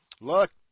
look